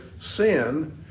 sin